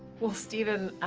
well, stephen,